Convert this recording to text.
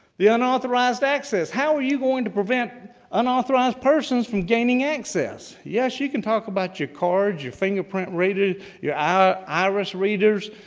the unauthorized access. how are you going to prevent unauthorized persons from gaining access? yes, you can talk about your cards, your finger print reader, your iris readers,